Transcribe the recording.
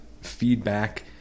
feedback